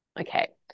okay